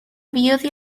beauty